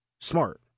smart